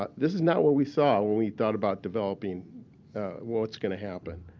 ah this is not what we saw when we thought about developing what's going to happen.